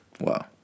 Wow